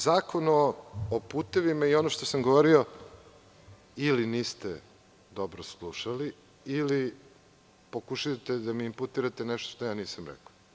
Zakon o putevima i ono što sam govorio, ili niste dobro slušali ili pokušavate da mi imputirate nešto što nisam rekao.